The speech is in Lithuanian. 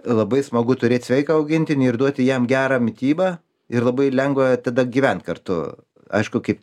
labai smagu turėt sveiką augintinį ir duoti jam gerą mitybą ir labai lengva tada gyvent kartu aišku kaip